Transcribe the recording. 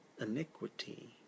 iniquity